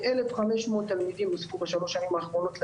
כ-1500 תלמידים נוספו בשלוש השנים האחרונות לעיר.